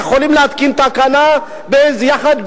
יכולים להתקין תקנה יחד,